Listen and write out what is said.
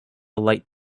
light